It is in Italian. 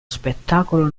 spettacolo